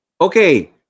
okay